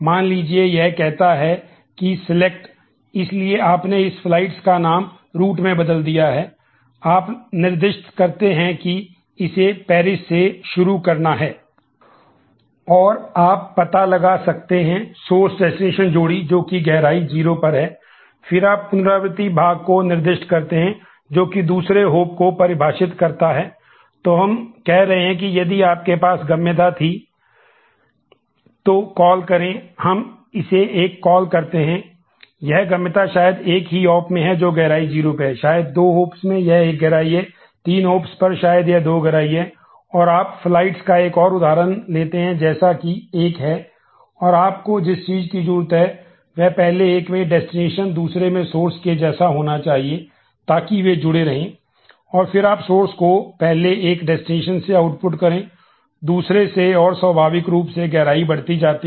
मान लीजिए यह कहता है कि सिलेक्ट से अधिक है